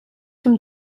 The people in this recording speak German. zum